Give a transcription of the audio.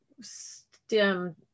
stem